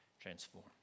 transform